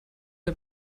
der